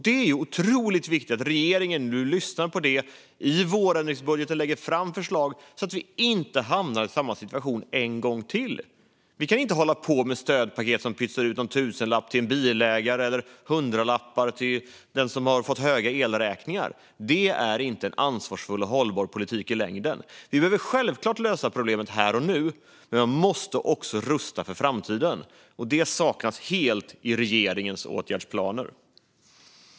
Det är otroligt viktigt att regeringen nu lyssnar på det och lägger fram förslag i vårändringsbudgeten så att vi inte hamnar i samma situation en gång till. Vi kan inte hålla på med stödpaket och pytsa ut någon tusenlapp till en bilägare eller hundralappar till den som har fått höga elräkningar. Det är inte en ansvarsfull och hållbar politik i längden. Vi behöver självklart lösa problemen här och nu. Men vi måste också rusta för framtiden, och det saknas helt i regeringens åtgärdsplaner.